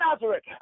Nazareth